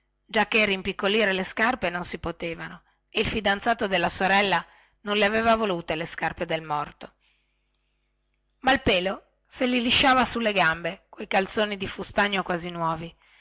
giacchè rimpiccolirsi le scarpe non si potevano e il fidanzato della sorella non ne aveva volute di scarpe del morto malpelo se li lisciava sulle gambe quei calzoni di fustagno quasi nuovi